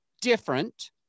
different